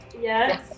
Yes